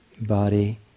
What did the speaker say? body